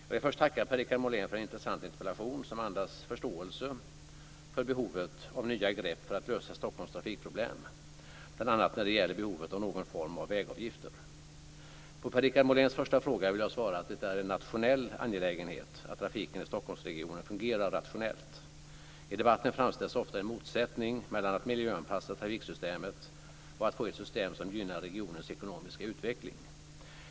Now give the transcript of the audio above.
Jag vill först tacka Per-Richard Molén för en intressant interpellation som andas förståelse för behovet av nya grepp för att lösa Stockholms trafikproblem, bl.a. när det gäller behovet av någon form av vägavgifter. På Per-Richard Moléns första fråga vill jag svara att det är en nationell angelägenhet att trafiken i Stockholmsregionen fungerar rationellt. I debatten framställs ofta en motsättning mellan att miljöanpassa trafiksystemet och att få ett system som gynnar regionens ekonomiska utveckling.